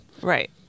Right